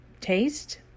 Taste